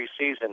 preseason